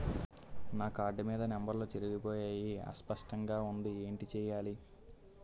నా కార్డ్ మీద నంబర్లు చెరిగిపోయాయి అస్పష్టంగా వుంది ఏంటి చేయాలి?